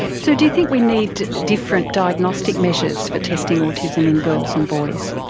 so do you think we need different diagnostic measures for testing autism in girls and boys?